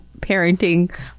parenting